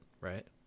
right